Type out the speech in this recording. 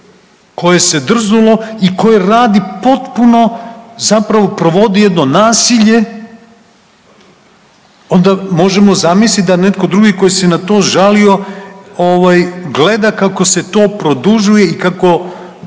koje se drznulo i koje radi potpuno zapravo provodi jedno nasilje onda možemo zamisliti da netko drugi koji se na to žalio gleda kako se to produžuje i kako